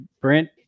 Brent